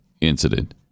incident